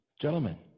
Gentlemen